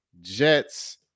Jets